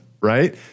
right